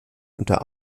unter